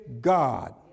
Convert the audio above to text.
God